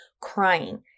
crying